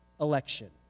election